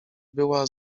była